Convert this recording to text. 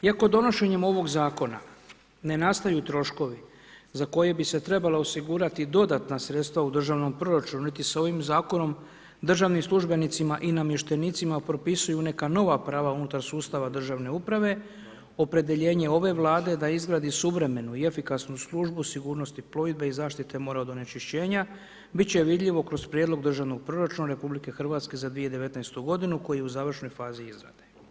Iako donošenjem ovog zakona ne nastaju troškovi za koje bi se trebala osigurati dodatna sredstva u državnom proračunu niti se ovim zakonom državnim službenicima i namještenicima propisuju neka nova prava unutar sustava državne uprave opredjeljenje ove Vlade je da izgradi suvremenu i efikasnu službu sigurnosti plovidbe i zaštite mora od onečišćenja, biti će vidljivo kroz prijedlog državnog proračuna RH za 2019. godinu koji je u završnoj fazi izrade.